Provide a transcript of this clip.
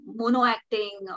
mono-acting